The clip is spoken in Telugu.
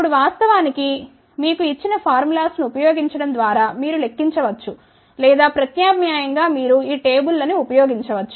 ఇప్పుడు వాస్తవానికి మీకు ఇచ్చిన ఫార్ములాస్ ను ఉపయోగించడం ద్వారా మీరు లెక్కించవచ్చు లేదా ప్రత్యామ్నాయం గా మీరు ఈ టేబుల్ లని ఉపయోగించవచ్చు